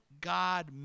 God